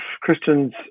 Christians